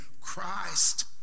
Christ